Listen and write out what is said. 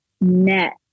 net